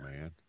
man